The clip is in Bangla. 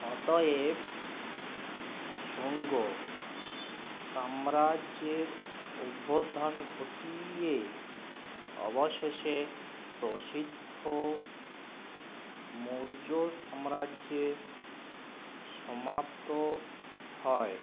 অতএব শুঙ্গ সাম্রাজ্যের অভ্যুথান ঘটিয়ে অবশেষে প্রসিদ্ধ মৌর্য সাম্রাজ্যের সমাপ্ত হয়